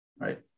right